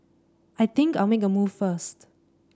I think I'll make a move first